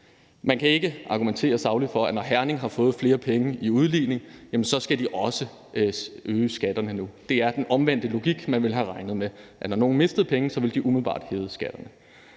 Man kan ikke argumentere sagligt for, at når Herning Kommune har fået flere penge i udligning, så skal de også øge skatterne nu. Det er den omvendte logik, man ville have regnet med der var, nemlig at når nogen mistede penge, ville de umiddelbart hæve skatterne.